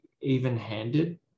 even-handed